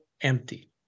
empty